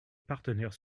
partenaires